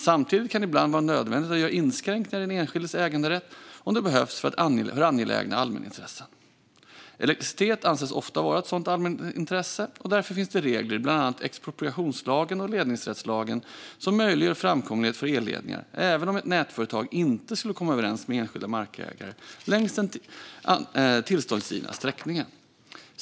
Samtidigt kan det ibland vara nödvändigt att göra inskränkningar i den enskildes äganderätt om det behövs för angelägna allmänintressen. Elektricitet anses ofta vara av sådant allmänintresse, och därför finns det regler i bland annat expropriationslagen och ledningsrättslagen som möjliggör framkomlighet för elledningar även om ett nätföretag inte skulle komma överens med enskilda markägare längs den tillståndsgivna sträckningen.